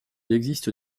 existe